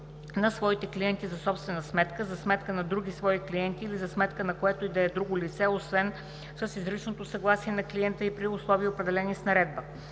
на своите клиенти за собствена сметка, за сметка на други свои клиенти или за сметка на което и да е друго лице освен с изричното съгласие на клиента и при условия, определени с наредба.